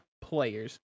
players